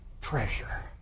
treasure